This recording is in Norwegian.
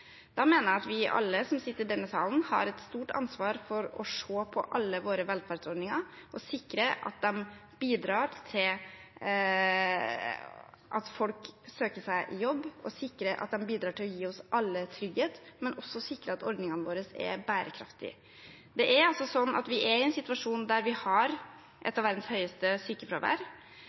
Da mener jeg at vi alle som sitter i denne salen, har et stort ansvar for å se på alle våre velferdsordninger og sikre at de bidrar til at folk søker seg jobb, sikre at de bidrar til å gi oss alle trygghet, men også sikre at ordningene våre er bærekraftige. Vi er i en situasjon der vi har et av verdens høyeste sykefravær.